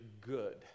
good